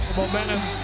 Momentum